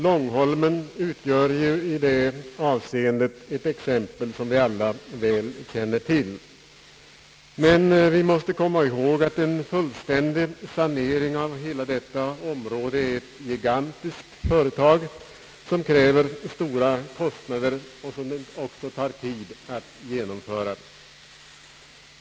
Långholmen utgör i det avseendet ett exempel som vi alla väl känner till, men vi måste komma ihåg att en fullständig sanering av hela detta område är ett gigantiskt företag som kräver stora kostnader och som också tar tid att genomföra.